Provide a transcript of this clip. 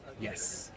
Yes